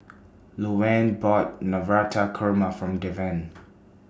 Louann bought Navratan Korma from Deven